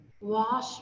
wash